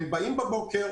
הם באים בבוקר,